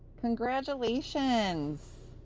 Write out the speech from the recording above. congratulations!